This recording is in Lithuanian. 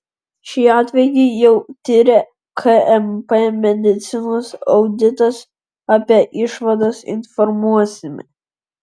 šį atvejį jau tiria kmp medicinos auditas apie išvadas informuosime